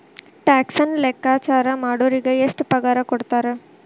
ಟ್ಯಾಕ್ಸನ್ನ ಲೆಕ್ಕಾಚಾರಾ ಮಾಡೊರಿಗೆ ಎಷ್ಟ್ ಪಗಾರಕೊಡ್ತಾರ??